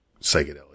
psychedelic